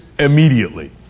Immediately